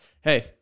Hey